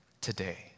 today